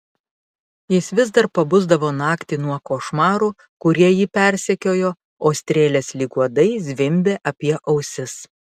jis vis dar pabusdavo naktį nuo košmarų kurie jį persekiojo o strėlės lyg uodai zvimbė apie ausis